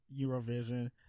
eurovision